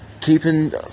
keeping